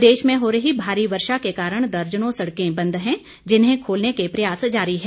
प्रदेश में हो रही भारी वर्षा के कारण दर्जनों सड़कें बंद हैं जिन्हें खोलने के प्रयास जारी हैं